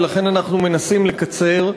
לכן אנחנו מנסים לקצר.